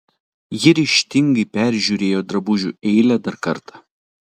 ji ryžtingai peržiūrėjo drabužių eilę dar kartą